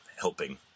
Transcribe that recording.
helping